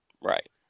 Right